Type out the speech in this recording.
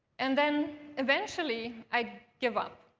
and then eventually i'd give up,